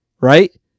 Right